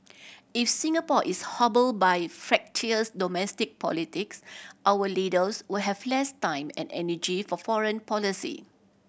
if Singapore is hobbled by fractious domestic politics our leaders will have less time and energy for foreign policy